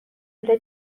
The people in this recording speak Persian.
لوله